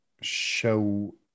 show